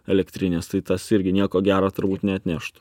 elektrines tai tas irgi nieko gero turbūt neatnešt